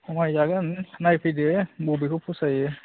खमायजागोन नायफैदो बबेखौ फसायो